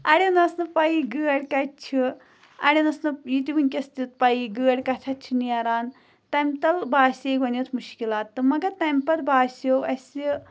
اَڑٮ۪ن ٲس نہٕ پَیی گٲڑۍ کَتہِ چھِ اَڑٮ۪ن ٲس نہٕ یہِ تہِ وٕنۍکٮ۪س تہِ پَیی گٲڑۍ کَتھَتھ چھِ نیران تَمہِ تَل باسے گۄڈنٮ۪تھ مُشکِلات تہٕ مگر تَمہِ پَتہٕ باسیو اَسہِ